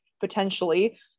potentially